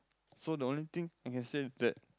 so the only thing I can say that